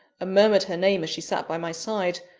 murmured her name as she sat by my side,